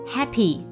Happy